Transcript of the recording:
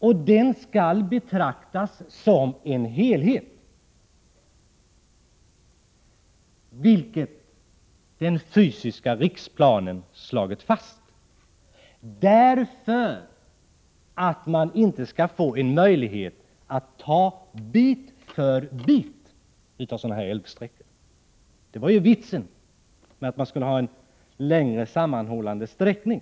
Den sträckningen skall betraktas som en helhet, vilket den fysiska riksplanen har slagit fast för att man inte skall få en möjlighet att ta bit för bit av sådana här älvsträckor. Det var ju vitsen med en längre sammanhållande sträckning.